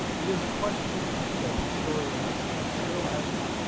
it is a question that historians are still asking,